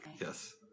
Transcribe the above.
Yes